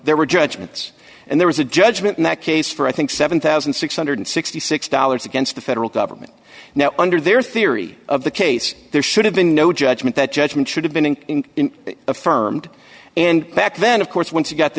there were judgments and there was a judgment in that case for i think seven thousand six hundred and sixty six dollars against the federal government now under their theory of the case there should have been no judgment that judgment should have been in affirmed and back then of course once you got the